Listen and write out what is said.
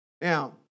Now